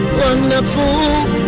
wonderful